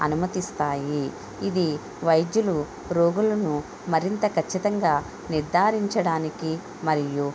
అనుమతిస్తాయి ఇది వైద్యులు రోగులును మరింత ఖచ్చితంగా నిర్ధారించడానికి మరియు